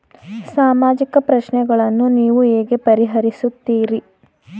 ಸಾಮಾಜಿಕ ಪ್ರಶ್ನೆಗಳನ್ನು ನೀವು ಹೇಗೆ ಪರಿಹರಿಸುತ್ತೀರಿ?